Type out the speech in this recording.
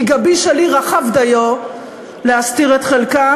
כי גבי שלי רחב דיו להסתיר את חלקם,